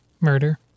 Murder